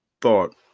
thought